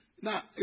Now